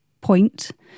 point